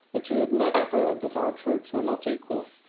that he had never heard that our troops were not equal,